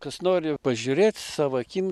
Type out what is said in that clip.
kas nori pažiūrėt savo akim